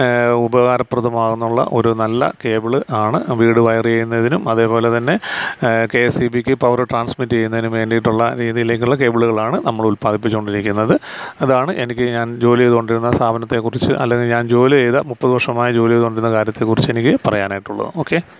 ഉപകാരപ്രദമാകുന്ന ഒരു നല്ല കേബിള് ആണ് വീട് വയർ ചെയ്യുന്നതിനും അതേപോലെതന്നെ കെ എസ് ഇ ബിക്ക് പവർ ട്രാൻസ്മിറ്റ് ചെയ്യുന്നതിനും വേണ്ടിയിട്ടുള്ള രീതിയിലേക്കുള്ള കേബിളുകളാണ് നമ്മൾ ഉല്പാദിപ്പിച്ചുകൊണ്ടിരിക്കുന്നത് അതാണ് എനിക്ക് ഞാൻ ജോലി ചെയ്തുകൊണ്ടിരുന്ന സ്ഥാപനത്തെക്കുറിച്ച് അല്ലെങ്കിൽ ഞാൻ ജോലി ചെയ്ത മുപ്പത് വർഷമായി ജോലി ചെയ്തുകൊണ്ടിരുന്ന കാര്യത്തെക്കുറിച്ച് എനിക്ക് പറയാനായിട്ടുള്ളത് ഓക്കെ